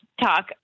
talk